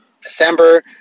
December